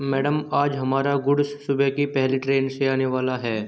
madam आज हमारा goods सुबह की पहली ट्रैन से आने वाला है